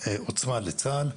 עוצמה לצה"ל.